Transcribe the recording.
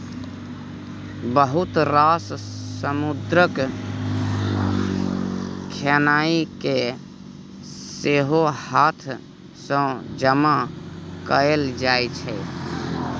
बहुत रास समुद्रक खेनाइ केँ सेहो हाथ सँ जमा कएल जाइ छै